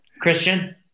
Christian